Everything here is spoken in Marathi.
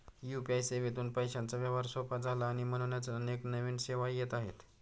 यू.पी.आय सेवेतून पैशांचा व्यवहार सोपा झाला आणि म्हणूनच अनेक नवीन सेवाही येत आहेत